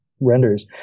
renders